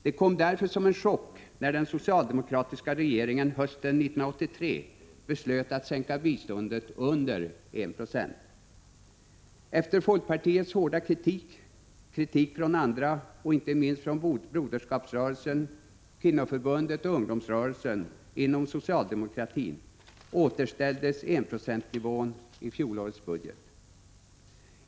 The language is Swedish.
Det kom därför som en chock när den socialdemokratiska regeringen hösten 1983 beslöt att sänka biståndet under 1 96. Efter folkpartiets hårda kritik och kritik även från andra, inte minst från Broderskapsrörelsen, Kvinnoförbundet och ungdomsrörelsen inom socialdemokratin, återställdes enprocentsnivån i fjolårets budget.